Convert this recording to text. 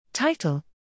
Title